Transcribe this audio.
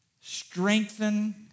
strengthen